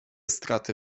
straty